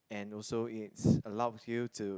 and also it's allows you to